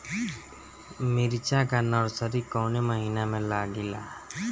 मिरचा का नर्सरी कौने महीना में लागिला?